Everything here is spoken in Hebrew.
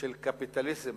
של קפיטליזם